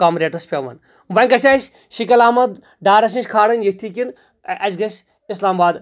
کَم ریٹس پیٚوان وۄنۍ گژھہٕ وا سا أسۍ شکیل احمد ڈارَس نَش کھارٕنۍ یُتھ یہِ اَسہِ گژھہِ اسلام آباد